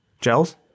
gels